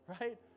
right